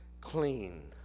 Clean